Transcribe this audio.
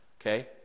okay